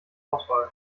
auswahl